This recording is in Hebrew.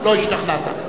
לא השתכנעת.